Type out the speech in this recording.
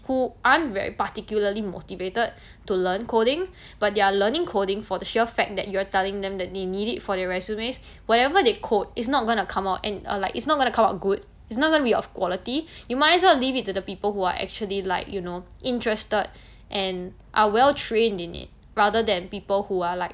who aren't very particularly motivated to learn coding but they're learning coding for the sheer fact that you are telling them that they need it for their resumes whatever they code is not going to come out and uh like it's not gonna come out good it's not gonna be of quality you might as well leave it to the people who are actually like you know interested and are well trained in it rather than people who are like